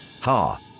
Ha